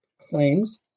claims